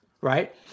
right